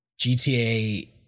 GTA